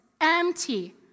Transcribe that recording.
empty